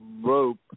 Rope